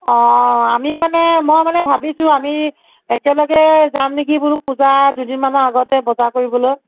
অঁ আমি মানে মই মানে ভাবিছোঁ আমি একেলগে যাম নেকি বোলো পূজাৰ দুদিন মানৰ আগতে বজাৰ কৰিবলৈ